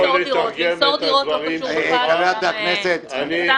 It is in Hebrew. אני אתרגם את הדברים שלך --- למסור דירות לא --- חברת הכנסת בירן.